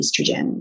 estrogen